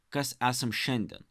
kas esam šiandien